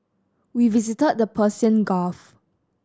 we visited the Persian Gulf